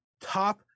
top